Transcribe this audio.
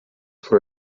for